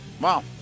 Wow